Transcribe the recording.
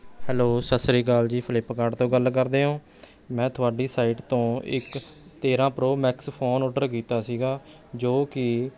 hello ਸਤਿ ਸ਼੍ਰੀ ਅਕਾਲ ਜੀ ਫਲਿੱਪਕਾਰਟ ਤੋਂ ਗੱਲ ਕਰਦੇ ਹੋ ਮੈਂ ਤੁਹਾਡੀ ਸਾਈਟ ਤੋਂ ਇੱਕ ਤੇਰ੍ਹਾਂ ਪ੍ਰੋ ਮੈਕਸ ਫੋਨ ਆਰਡਰ ਕੀਤਾ ਸੀ ਜੋ ਕਿ